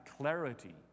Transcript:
clarity